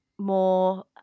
more